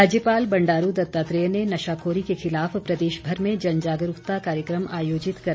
राज्यपाल बंडारू दत्तात्रेय ने नशाखोरी के खिलाफ प्रदेश भर में जनजागरूकता कार्यक्रम आयोजित करने पर दिया बल